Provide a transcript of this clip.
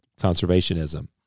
conservationism